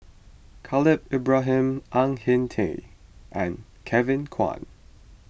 Khalil Ibrahim Ang Hin Kee and Kevin Kwan